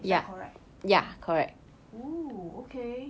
is that correct oo okay